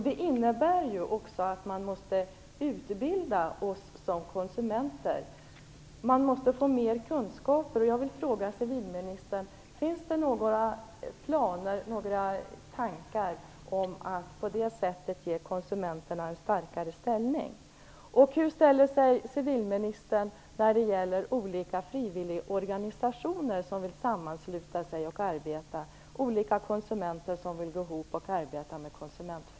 Det innebär att man måste utbilda oss som konsumenter. Vi måste få mer av kunskaper.